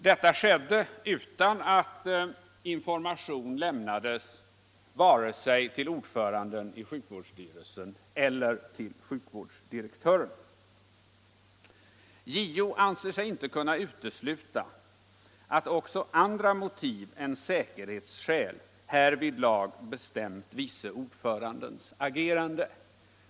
Detta skedde utan att information lämnades vare sig till ordföranden i sjukvårdsstyrelsen eller till sjukvårdsdirektören. JO anser sig inte kunna utesluta att också andra motiv än säkerhetsskäl härvidlag bestämt vice ordförandens agerande.